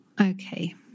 Okay